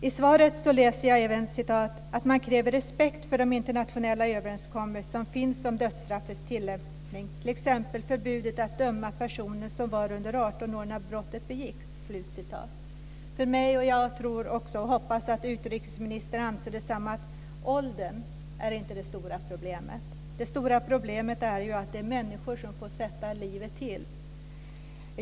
I svaret läser jag även att man kräver respekt för de internationella överenskommelser som finns om dödsstraffets tillämpning, t.ex. förbudet att döma personer som var under 18 år när brottet begicks. För mig - jag hoppas att utrikesministern anser det samma - är inte åldern det stora problemet. Det stora problemet är att det är människor som får sätta livet till.